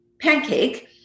pancake